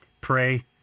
Pray